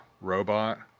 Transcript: robot